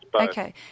okay